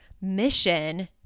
mission